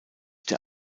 der